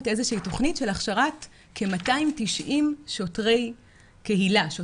איזו שהיא תכנית של הכשרת כ-290 שוטרים קהילתיים,